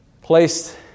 Placed